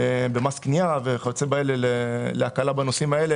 במס קנייה וכיוצא באלה להקלה בנושאים האלה